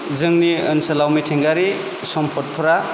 जोंनि ओनसोलाव मिथिंगायारि सम्पदफ्रा